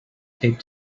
taped